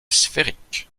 sphérique